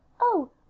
Oh